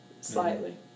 slightly